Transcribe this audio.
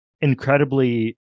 incredibly